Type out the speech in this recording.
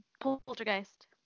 Poltergeist